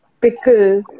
Pickle